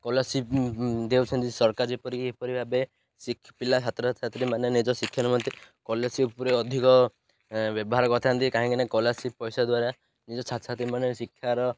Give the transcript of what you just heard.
scholarship ଦେଉଛନ୍ତି ସରକାର ଯେପରିକି ଏହିପରି ଭାବେ ପିଲା ଛାତ୍ରଛାତ୍ରୀମାନେ ନିଜ ଶିକ୍ଷା ନିମନ୍ତେ ସ୍କୋଲାର୍ସିପ୍ ଉପରେ ଅଧିକ ବ୍ୟବହାର କରିଥାନ୍ତି କାହିଁକିନା ସ୍କୋଲାର୍ସିପ୍ ପଇସା ଦ୍ୱାରା ନିଜ ଛାତଛାତ୍ରୀମାନେ ଶିକ୍ଷାର